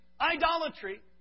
idolatry